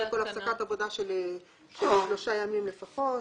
ובכל הפסקת עבודה של שלושה ימים לפחות,